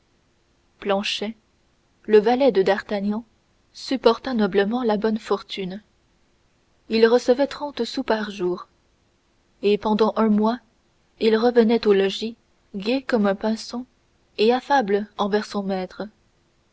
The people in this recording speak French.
planchet le valet de d'artagnan supporta noblement la bonne fortune il recevait trente sous par jour et pendant un mois il revenait au logis gai comme pinson et affable envers son maître